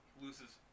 loses